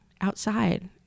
outside